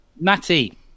Matty